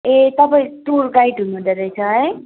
ए तपाईँ tour guide हुनु हुँदो रहेछ है